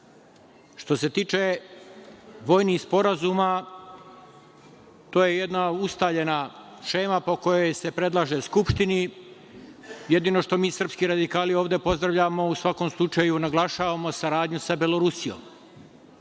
se tiče vojnih sporazuma, to je jedna ustaljena šema po kojoj se predlaže Skupštini. Jedino što mi ovde srpski radikali ovde pozdravljamo i u svakom slučaju naglašavamo saradnju sa Belorusijom.